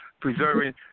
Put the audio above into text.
preserving